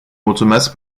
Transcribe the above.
mulțumesc